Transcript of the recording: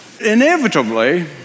inevitably